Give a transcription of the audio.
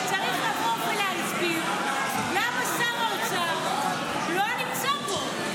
-- שצריך לבוא ולהסביר: למה שר האוצר לא נמצא פה?